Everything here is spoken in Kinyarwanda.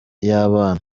y’abana